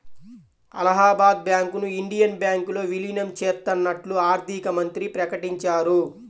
అలహాబాద్ బ్యాంకును ఇండియన్ బ్యాంకులో విలీనం చేత్తన్నట్లు ఆర్థికమంత్రి ప్రకటించారు